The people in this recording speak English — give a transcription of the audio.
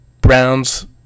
Browns